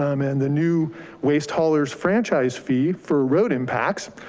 um and the new waste haulers franchise fee for road impacts,